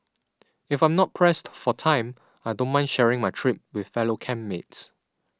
if I'm not pressed for time I don't mind sharing my trip with fellow camp mates